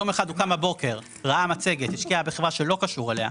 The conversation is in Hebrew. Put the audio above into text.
יום אחד הוא קם בבוקר ראה מצגת השקיע בחברה שהוא לא קשור אליה,